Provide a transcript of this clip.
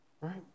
Right